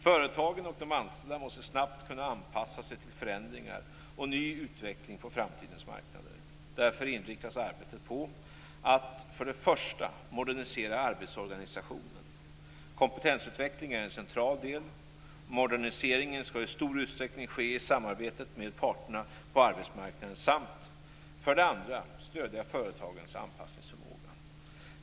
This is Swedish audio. Företagen och de anställda måste snabbt kunna anpassa sig till förändringar och ny utveckling på framtidens marknader. Därför inriktas arbetet på att för det första modernisera arbetsorganisationen - kompetensutveckling är en central del; moderniseringen skall i stor utsträckning ske i samarbete med parterna på arbetsmarknaden - samt för det andra stödja företagens anpassningsförmåga.